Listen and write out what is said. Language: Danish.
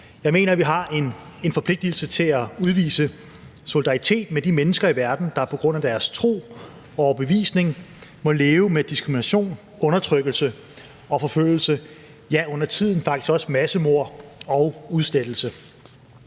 Jeg mener, at vi har en forpligtigelse til at udvise solidaritet med de mennesker i verden, der på grund af deres tro og overbevisning må leve med diskrimination, undertrykkelse og forfølgelse – ja, undertiden faktisk også massemord og udslettelse.